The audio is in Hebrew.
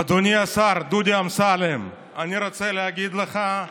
אדוני השר דודי אמסלם, אני רוצה להגיד לך: